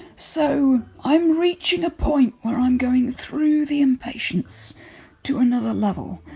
so, i'm reaching a point where i'm going through the impatience to another level.